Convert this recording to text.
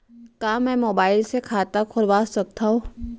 का मैं मोबाइल से खाता खोलवा सकथव?